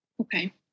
Okay